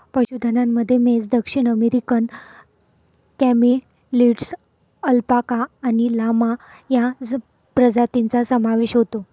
पशुधनामध्ये म्हैस, दक्षिण अमेरिकन कॅमेलिड्स, अल्पाका आणि लामा या प्रजातींचा समावेश होतो